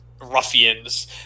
ruffians